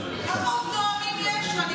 היושב-ראש?